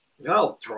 no